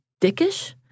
Dickish